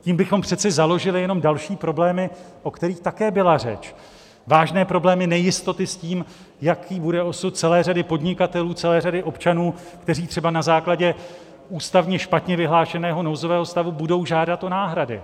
Tím bychom přece založili jenom další problémy, o kterých také byla řeč, vážné problémy nejistoty s tím, jaký bude osud celé řady podnikatelů, celé řady občanů, kteří třeba na základě špatně ústavně vyhlášeného nouzového stavu budou žádat o náhrady.